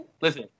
listen